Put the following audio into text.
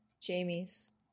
Jamie's